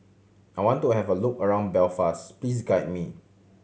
I want to have a look around Belfast please guide me